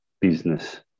business